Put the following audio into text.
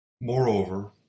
Moreover